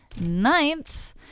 Ninth